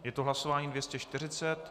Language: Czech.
Je to hlasování 240.